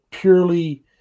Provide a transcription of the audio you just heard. Purely